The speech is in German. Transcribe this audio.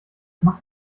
macht